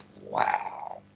wow